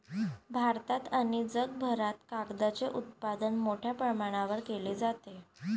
भारतात आणि जगभरात कागदाचे उत्पादन मोठ्या प्रमाणावर केले जाते